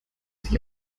sich